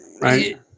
right